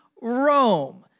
Rome